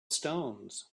stones